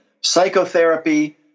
psychotherapy